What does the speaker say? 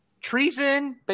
treason